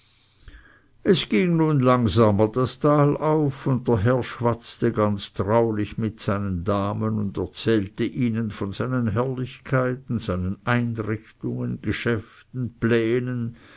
es ging nun langsamer das tal auf und der herr schwatzte ganz traulich mit seinen damen und er zählte ihnen von seinen herrlichkeiten seinen einrichtungen geschäften plänen